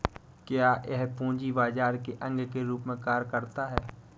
क्या यह पूंजी बाजार के अंग के रूप में कार्य करता है?